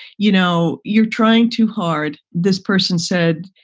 you know, you're trying too hard. this person said,